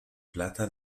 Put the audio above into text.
plata